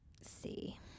see